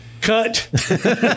Cut